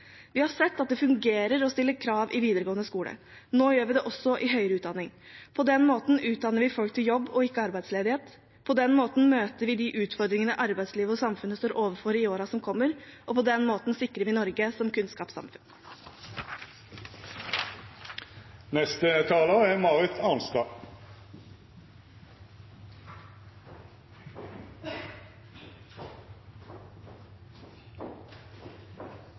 Vi har sett at det fungerer å stille krav i videregående skole. Nå gjør vi det også i høyere utdanning. På den måten utdanner vi folk til jobb og ikke til arbeidsledighet, på den måten møter vi de utfordringene arbeidslivet og samfunnet står overfor i årene som kommer, og på den måten sikrer vi Norge som kunnskapssamfunn.